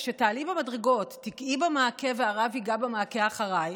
כשתעלי במדרגות תיגעי במעקה והרב ייגע במעקה אחרייך?